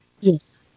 Yes